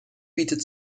bietet